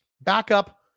backup